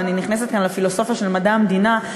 ואני נכנסת כאן לפילוסופיה של מדע המדינה,